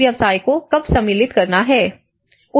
किस व्यवसाय को कब सम्मिलित करना है